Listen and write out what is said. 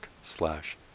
slash